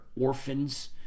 orphans